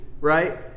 right